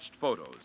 photos